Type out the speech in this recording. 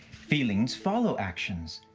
feelings follow actions.